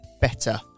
better